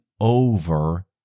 over